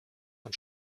von